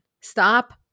Stop